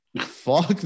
fuck